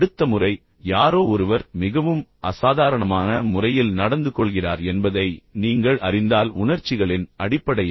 அடுத்த முறை யாரோ ஒருவர் மிகவும் அசாதாரணமான முறையில் நடந்துகொள்கிறார் என்பதை நீங்கள் அறிந்தால் உணர்ச்சிகளின் அடிப்படையில்